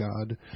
God